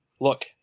Look